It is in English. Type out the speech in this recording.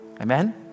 amen